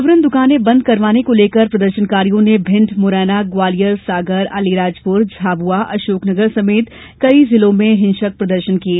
जबरन दुकानें बंद करवाने को लेकर प्रदर्शनकारियों ने भिंड मुरैना ग्वालियर सागर अलिराजपुर झाबुआ अशोकनगर समेत कई जिलों में हिंसक प्रदर्शन किए